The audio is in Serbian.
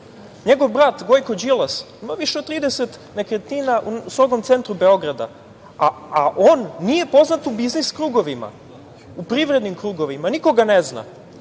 brat Gojko Đilas ima više od 30 nekretnina u strogom centru Beograda, a on nije poznat u biznis krugovima, u privrednim krugovima, niko ga ne zna.